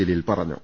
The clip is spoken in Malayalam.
ജലീൽ പറഞ്ഞു